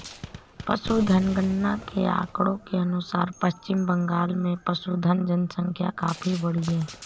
पशुधन गणना के आंकड़ों के अनुसार पश्चिम बंगाल में पशुधन जनसंख्या काफी बढ़ी है